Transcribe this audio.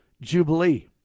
jubilee